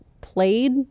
played